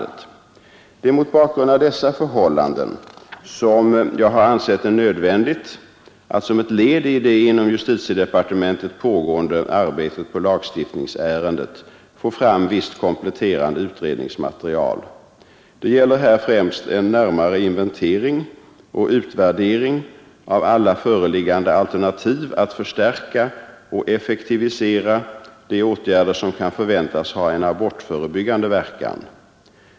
Det är mot bakgrund av dessa förhållanden som jag har ansett det nödvändigt att som ett led i det inom justitiedepartementet pågående arbetet på lagstiftningsärendet få fram visst kompletterande utredningsmaterial. Det gäller här främst en närmare inventering och utvärdering av alla föreliggande alternativ att förstärka och effektivisera de åtgärder som kan förväntas ha en abortförebyggande verkan.